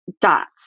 dots